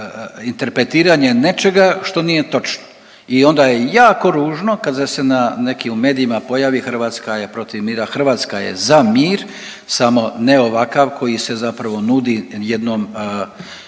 Hrvatska je za mir samo ne ovakav koji se zapravo nudi jednom